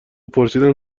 پرسیدم